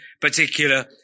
particular